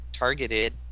targeted